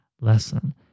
lesson